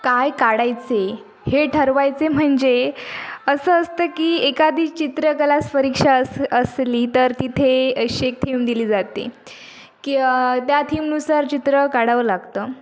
काय काढायचे हे ठरवायचे म्हणजे असं असतं की एखादी चित्रकला परीक्षा अस असली तर तिथे अशी एक थीम दिली जाते की त्या थीमनुसार चित्र काढावं लागतं